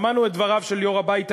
שמענו את דבריו של יושב-ראש הבית היהודי,